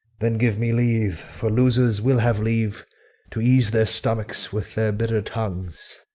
then give me leave for losers will have leave to ease their stomachs with their bitter tongues.